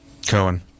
Cohen